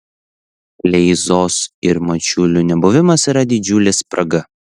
kleizos ir mačiulio nebuvimas yra didžiulė spraga